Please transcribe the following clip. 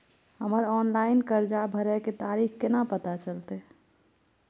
हमर ऑनलाइन कर्जा भरै के तारीख केना पता चलते?